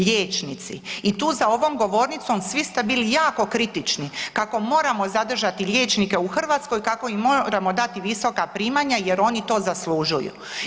Liječnici i tu za ovom govornicom svi ste bili jako kritični kako moramo zadržati liječnike u Hrvatskoj, kako im moramo dati visoka primanja jer oni to zaslužuju.